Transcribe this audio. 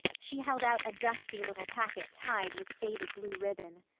she held out a dusty little packet tied with faded blue ribbon.